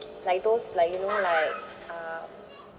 like those like you know like uh